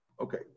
okay